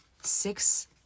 six